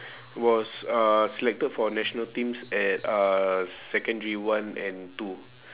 was uh selected for national teams at uh secondary one and two